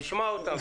נשמע אותם.